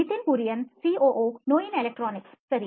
Nitin Kurian COO ನೋಯಿನ್ electronics ಸರಿ